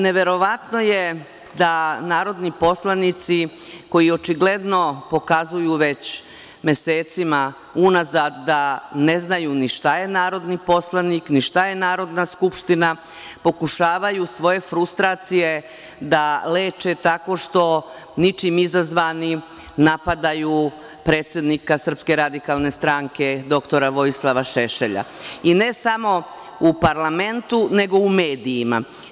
Neverovatno je da narodni poslanici koji očigledno pokazuju već mesecima unazad da ne znaju ni šta je narodni poslanik, ni šta je Narodna skupština, pokušavaju svoje frustracije da leče tako što ničim izazvanim napadaju predsednika Srpske radikalne stranke doktora Vojislava Šešelja i ne samo u parlamentu nego u medijima.